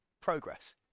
progress